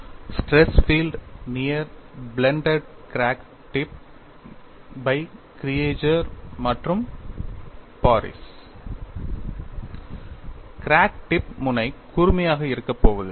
stress field near blunted crack tip by Creager and Paris crack tip முனை கூர்மையாக இருக்கப் போவதில்லை